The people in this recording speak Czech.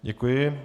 Děkuji.